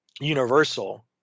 universal